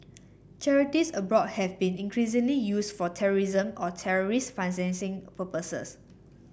charities abroad has been increasingly used for terrorism or terrorist financing purposes